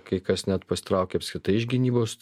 kai kas net pasitraukia apskritai iš gynybos